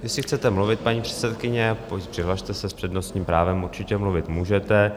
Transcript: Jestli chcete mluvit, paní předsedkyně, přihlaste se s přednostním právem, určitě mluvit můžete.